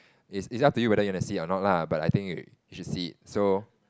is is up to you whether you want to see it or not lah but I think you you should see it so